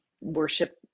worship